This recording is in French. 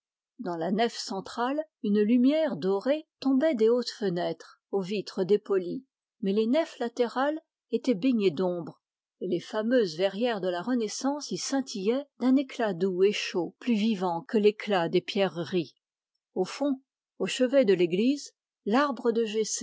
dans la nef centrale une lumière dorée tombait des hautes fenêtres aux vitres dépolies mais les nefs latérales étaient baignées d'ombre et les verrières fameuses de la renaissance y scintillaient d'un éclat doux et chaud plus vivant que l'éclat des pierreries au fond au chevet de l'église l'arbre de